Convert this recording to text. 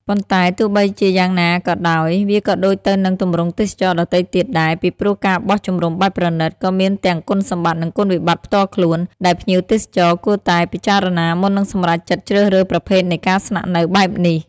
ប៉ុន្តែទោះបីជាយ៉ាងណាក៏ដោយ វាក៏ដូចទៅនឹងទម្រង់ទេសចរណ៍ដទៃទៀតដែរ ពីព្រោះការបោះជំរំបែបប្រណីត ក៏មានទាំងគុណសម្បត្តិ និងគុណវិបត្តិផ្ទាល់ខ្លួន ដែលភ្ញៀវទេសចរគួរតែពិចារណាមុននឹងសម្រេចចិត្តជ្រើសរើសប្រភេទនៃការស្នាក់នៅបែបនេះ។